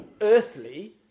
earthly